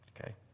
okay